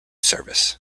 service